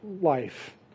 life